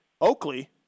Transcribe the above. Oakley